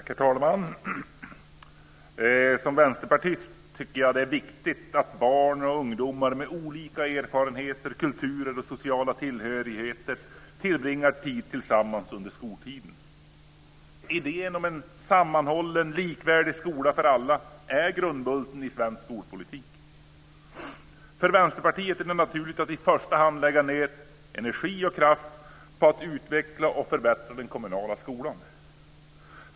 Herr talman! Som vänsterpartist tycker jag att det är viktigt att barn och ungdomar med olika erfarenheter, kulturer och sociala tillhörigheter tillbringar tid tillsammans under skoltiden. Idén som en sammanhållen likvärdig skola för alla är grundbulten i svensk skolpolitik. För Vänsterpartiet är det naturligt att i första hand lägga ned energi och kraft på att utveckla och förbättra den kommunala skolan.